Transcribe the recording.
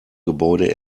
gebäude